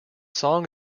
song